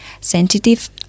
sensitive